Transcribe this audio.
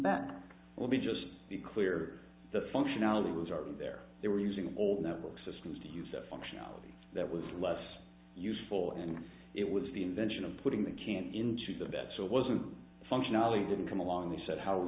bat will be just be clear the functionality was aren't there they were using old network systems to use the functionality that was less useful and it was the invention of putting the can into the vet so it wasn't functionality didn't come along and said how we